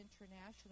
International